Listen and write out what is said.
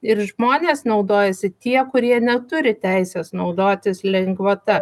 ir žmonės naudojasi tie kurie neturi teisės naudotis lengvata